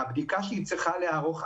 והבדיקה שהיא צריכה לערוך,